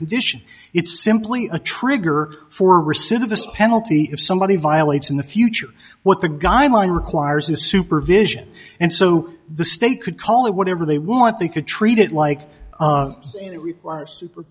condition it's simply a trigger for recidivist penalty if somebody violates in the future what the guideline requires a supervision and so the state could call it whatever they want they could treat it like